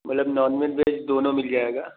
मतलब non veg veg दोनों मिल जाएगा